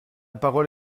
parole